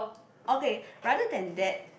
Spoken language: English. okay rather than that